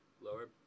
lower